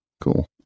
cool